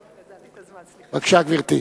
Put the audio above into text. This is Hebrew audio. בבקשה, גברתי.